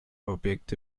objekt